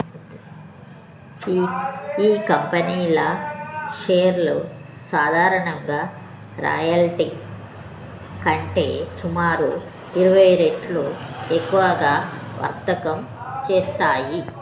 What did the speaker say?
ఈ ఈ కంపెనీల షేర్లు సాధారణంగా లాయల్టీ కంటే సుమారు ఇరవై రెట్లు ఎక్కువగా వర్తకం చేస్తాయి